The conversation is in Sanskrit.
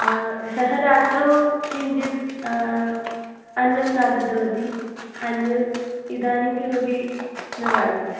ह्यः रात्रौ किञ्चित् अन्नं खादितवती अन्यत् इदानीं किमपि न खादितं